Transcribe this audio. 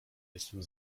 jestem